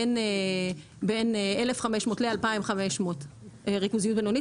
בין 1,500 ל-2,500 ריכוזיות בינונית,